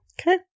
Okay